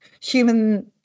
human